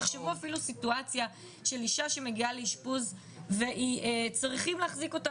תחשבו אפילו על סיטואציה של אישה שמגיעה לאישפוז וצריכים להחזיק אותה